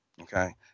Okay